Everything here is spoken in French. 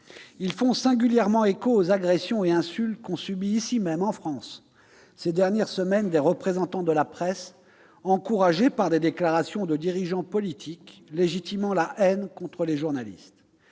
Ils font singulièrement écho aux agressions et aux insultes qu'ont subies, ici même en France, ces dernières semaines, des représentants de la presse, leurs auteurs ayant été encouragés par des déclarations de dirigeants politiques légitimant la haine contre les journalistes.